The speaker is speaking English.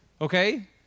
okay